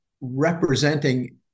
representing